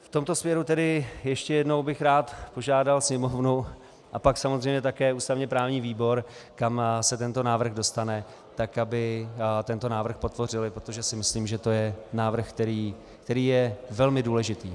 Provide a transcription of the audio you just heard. V tomto směru tedy ještě jednou bych rád požádal Sněmovnu a pak samozřejmě také ústavněprávní výbor, kam se tento návrh dostane, aby tento návrh podpořily, protože si myslím, že to je návrh, který je velmi důležitý.